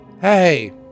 Hey